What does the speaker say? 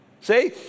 See